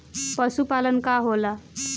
पशुपलन का होला?